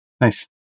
Nice